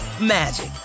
magic